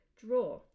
draw